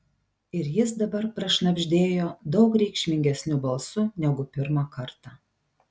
ir jis dabar prašnabždėjo daug reikšmingesniu balsu negu pirmą kartą